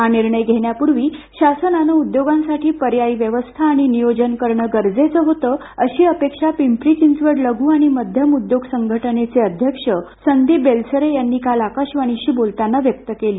हा निर्णय घेण्यापूर्वी शासनाने उद्योजकांसाठी पर्यायी व्यवस्था आणि नियोजन करणं गरजेचं होतं अशी अपेक्षा पिंपरी चिंचवड लघू आणि मध्यम उद्योग संघटनेचे अध्यक्ष संदीप बेलसरे यांनी आकाशवाणी शी बोलताना व्यक्त केली